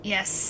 Yes